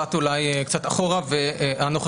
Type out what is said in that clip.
למבט אולי קצת אחורה ולנוכחי.